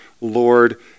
Lord